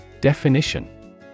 Definition